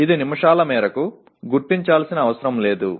ఇది నిమిషాల మేరకు గుర్తించాల్సిన అవసరం లేదు